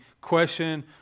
question